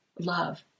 love